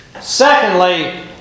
Secondly